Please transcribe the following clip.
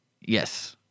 Yes